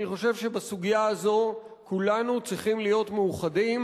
אני חושב שבסוגיה הזאת כולנו צריכים להיות מאוחדים